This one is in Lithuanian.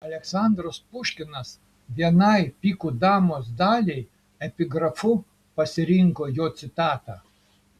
aleksandras puškinas vienai pikų damos daliai epigrafu pasirinko jo citatą